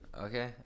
Okay